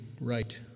right